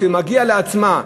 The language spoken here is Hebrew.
וכשזה שמגיע לעצמה,